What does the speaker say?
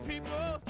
People